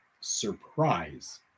surprise